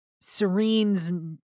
Serene's